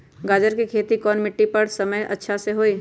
गाजर के खेती कौन मिट्टी पर समय अच्छा से होई?